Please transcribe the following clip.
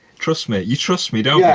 trust me, you trust me don't yeah